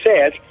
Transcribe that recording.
says